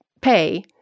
pay